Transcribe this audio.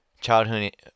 Childhood